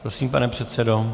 Prosím, pane předsedo.